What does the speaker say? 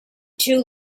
too